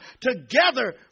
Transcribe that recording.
together